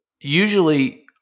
usually